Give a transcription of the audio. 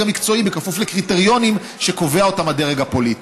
המקצועי בכפוף לקריטריונים שקובע הדרג הפוליטי?